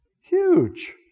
Huge